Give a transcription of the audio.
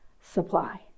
supply